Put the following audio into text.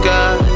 God